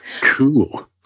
cool